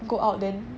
go out then